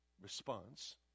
response